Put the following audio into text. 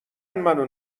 منو